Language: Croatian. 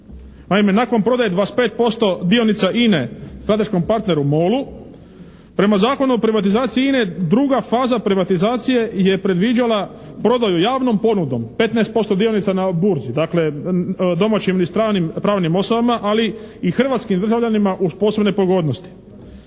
Naime nakon prodaje 25% dionica INA-e strateškom partneru MOL-u prema Zakonu o privatizaciji INA-e druga faza privatizacije je predviđala prodaju javnom ponudom, 15% dionica na burzi. Dakle domaćim i stranim pravnim osobama, ali i hrvatskim državljanima uz posebne pogodnosti.